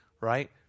right